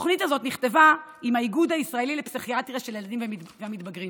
התוכנית הזאת נכתבה עם האיגוד הישראלי לפסיכיאטריה של ילדים ומתבגרים.